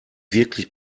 wirklich